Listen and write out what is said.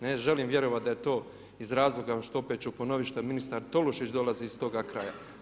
Ne želim vjerovati da je to iz razloga što opet ću ponoviti što ministar Tolušić dolazi iz toga kraja.